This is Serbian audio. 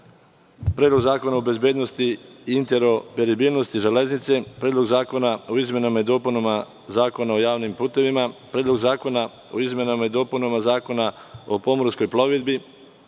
Predlog zakona o bezbednosti i interoperabilnosti železnice; Predlog zakona o izmenama i dopunama Zakona o javnim putevima; Predlog zakona o izmenama i dopunama Zakona o pomorskoj plovidbi;